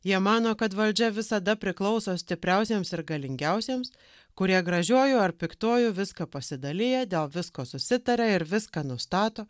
jie mano kad valdžia visada priklauso stipriausiems ir galingiausiems kurie gražiuoju ar piktuoju viską pasidalija dėl visko susitaria ir viską nustato